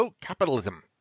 capitalism